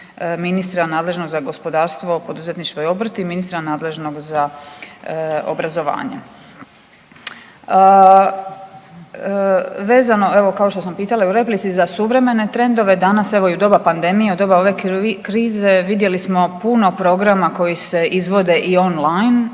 ministra nadležnog za gospodarstvo, poduzetništvo i obrt i ministra nadležnog za obrazovanje. Vezano, evo kao što sam pitala i u replici, za suvremene trendove danas evo i u doba pandemije u doba ove krize vidjeli smo puno programa koji se izvode i online,